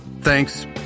Thanks